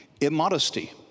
immodesty